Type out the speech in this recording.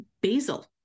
basil